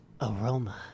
aroma